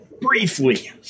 Briefly